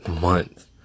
month